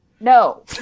No